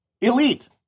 elite